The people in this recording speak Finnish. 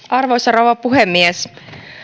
arvoisa rouva puhemies